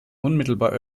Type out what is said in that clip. unmittelbar